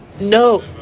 No